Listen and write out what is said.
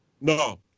No